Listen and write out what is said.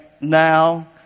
now